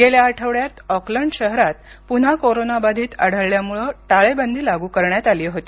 गेल्या आठवड्यात ऑकलंड शहरात पुन्हा कोरोनाबाधित आढळल्यामुळे टाळेबंदी लागू करण्यात आली होती